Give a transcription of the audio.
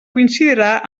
coincidirà